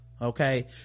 okay